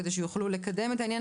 כדי שיוכלו לקדם את העניין.